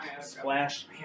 Splash